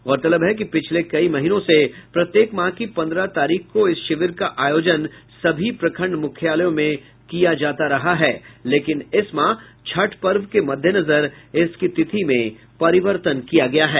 गौरतलब है कि पिछले कई महीनों से प्रत्येक माह के पन्द्रह तारीख को इस शिविर का आयोजना सभी प्रखंड मुख्यालय में किया जाता रहा है लेकिन इस माह छठ पर्व के मद्देनजर इसकी तिथि में परिवर्तन किया गया है